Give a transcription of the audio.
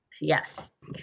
Yes